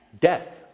Death